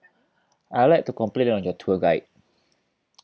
I'd like to complain on your tour guide